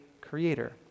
creator